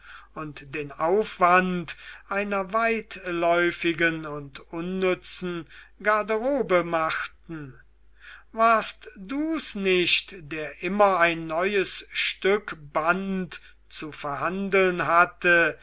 und den aufwand einer weitläufigen und unnützen garderobe machten warst du's nicht der immer ein neues stück band zu verhandeln hatte